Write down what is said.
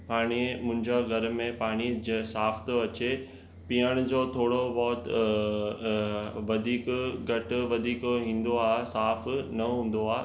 हाणे मुंहिंजो घर में पाणी ज साफ़ थो अचे पीअण जो थोरो बहुत वधीक घटि वधीक ईंदो आहे साफ़ु न हूंदो आहे